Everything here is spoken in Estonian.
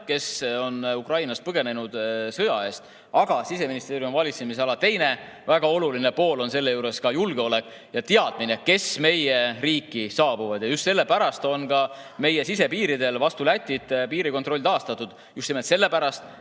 kes on Ukrainast põgenenud sõja eest, aga Siseministeeriumi valitsemisala teine väga oluline pool on selle juures ka julgeolek ja teadmine, kes meie riiki saabuvad. Just sellepärast on ka meie sisepiiridel vastu Lätit piirikontroll taastatud, selleks